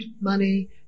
money